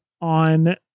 on